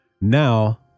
Now